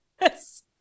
Yes